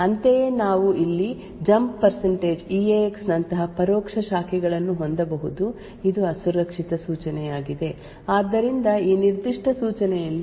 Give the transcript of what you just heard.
ಆದ್ದರಿಂದ ಈ ನಿರ್ದಿಷ್ಟ ಸೂಚನೆಯಲ್ಲಿ ಪ್ರೋಗ್ರಾಂ ಇಎಕ್ಸ್ ರಿಜಿಸ್ಟರ್ನ ವಿಷಯಗಳನ್ನು ಅವಲಂಬಿಸಿ ಮೆಮೊರಿ ಸ್ಥಳಕ್ಕೆ ಶಾಖೆಯಾಗುತ್ತದೆ ಈ ನಿರ್ದಿಷ್ಟ ಸೂಚನೆಯ ಗುರಿ ವಿಳಾಸವನ್ನು ರನ್ಟೈಮ್ ನಲ್ಲಿ ಮಾತ್ರ ಪರಿಹರಿಸಬಹುದು ಮತ್ತು ಆದ್ದರಿಂದ ಈ ಸೂಚನೆಯು ಅಸುರಕ್ಷಿತ ಸೂಚನೆಯಾಗಿದೆ